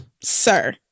sir